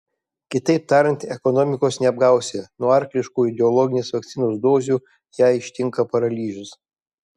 kitaip tariant ekonomikos neapgausi nuo arkliškų ideologinės vakcinos dozių ją ištinka paralyžius